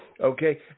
Okay